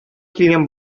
килгән